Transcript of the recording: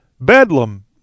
Bedlam